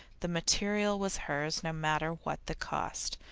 the material was hers no matter what the cost,